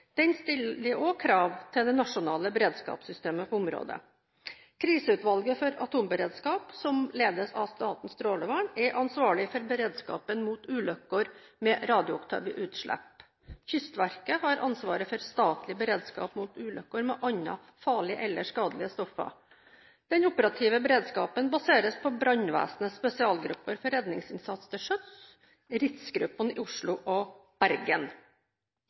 Den stiller også krav til det nasjonale beredskapssystemet på området. Kriseutvalget for atomberedskap, som ledes av Statens strålevern, er ansvarlig for beredskapen mot ulykker med radioaktive utslipp. Kystverket har ansvaret for statlig beredskap mot ulykker med andre farlige eller skadelige stoffer. Den operative beredskapen baseres på brannvesenets spesialgrupper for redningsinnsats til sjøs, RITS-gruppene, i Oslo og Bergen.